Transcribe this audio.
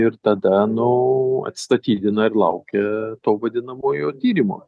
ir tada nu atsistatydina ir laukia to vadinamojo tyrimo